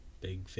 big